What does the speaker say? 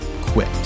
quit